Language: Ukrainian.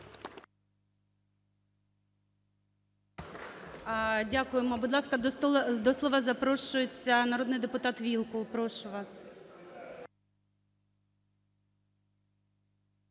Дякуємо. Будь ласка, до слова запрошується народний депутат Вілкул. Прошу вас.